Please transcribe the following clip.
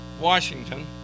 Washington